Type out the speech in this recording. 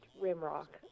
Rimrock